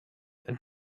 and